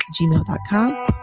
gmail.com